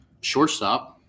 Shortstop